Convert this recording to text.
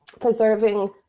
preserving